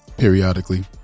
Periodically